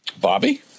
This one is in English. Bobby